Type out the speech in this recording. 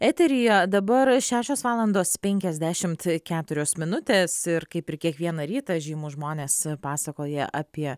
eteryje dabar šešios valandos penkiasdešimt keturios minutės ir kaip ir kiekvieną rytą žymūs žmonės pasakoja apie